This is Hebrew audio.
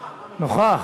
נוכח.